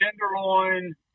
tenderloin